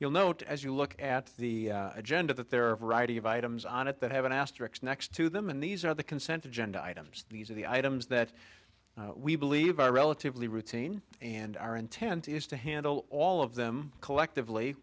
you'll note as you look at the agenda that there are a variety of items on it that have an asterisk next to them and these are the consent agenda items these are the items that we believe are relatively routine and our intent is to handle all of them collectively